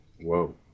Whoa